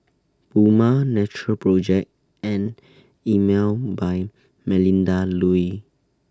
Puma Natural Project and Emel By Melinda Looi